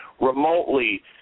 remotely